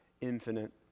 infinite